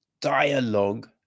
dialogue